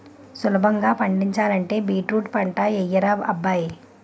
సులభంగా పండించాలంటే బీట్రూట్ పంటే యెయ్యరా అబ్బాయ్